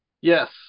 Yes